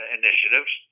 initiatives